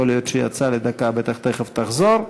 יכול להיות שהיא יצאה לדקה, בטח תכף תחזור.